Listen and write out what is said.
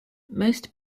most